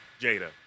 Jada